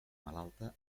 malalta